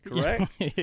correct